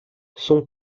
son